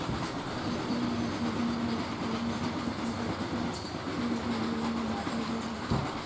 खाते मैं यदि धन राशि ज़ीरो है तो खाता कितने दिन तक बंद नहीं किया जा सकता?